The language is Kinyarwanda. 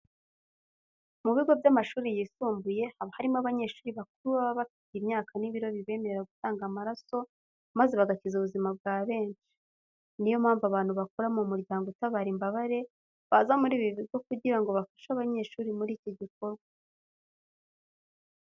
Mu bigo by'amashuri yisumbuye haba harimo abanyeshuri bakuru baba bafite imyaka n'ibiro bibemerera gutanga amaraso maze bagakiza ubuzima bwa benshi. Ni yo mpamvu abantu bakora mu muryango utabara imbabare baza muri ibi bigo kugira ngo bafashe abanyeshuri muri iki gikorwa.